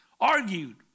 Argued